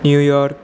New York